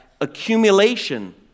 accumulation